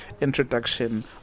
introduction